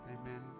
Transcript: amen